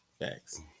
Thanks